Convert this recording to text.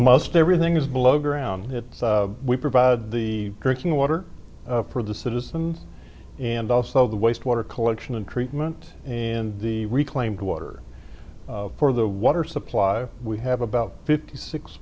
most everything is below ground that we provide the drinking water for the citizens and also the waste water collection and treatment in the reclaimed water for the water supply we have about fifty six